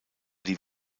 die